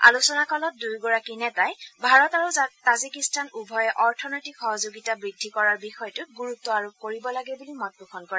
আলোচনা কালত দুয়োগৰাকী নেতাই ভাৰত আৰু তাজিকিস্তান উভয়ে অৰ্থনৈতিক সহযোগিতা বৃদ্ধি কৰাৰ বিষয়টোত গুৰুত্ব আৰোপ কৰিব লাগে বুলি মত পোষণ কৰে